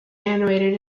animated